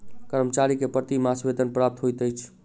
कर्मचारी के प्रति मास वेतन प्राप्त होइत अछि